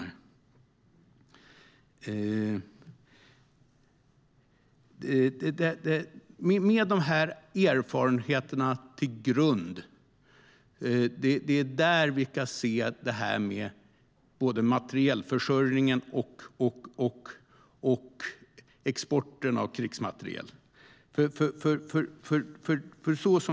Det är med dessa erfarenheter som grund som vi kan se på både materielförsörjningen och exporten av krigsmateriel.